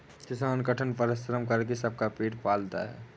किसान कठिन परिश्रम करके सबका पेट पालता है